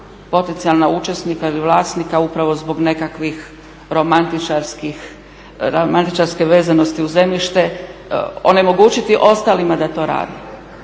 potencijalna učesnika ili vlasnika upravo zbog nekakve romantičarske vezanosti uz zemljište onemogućiti ostalima da to rade.